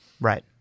Right